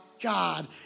God